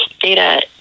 data